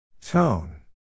Tone